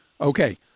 okay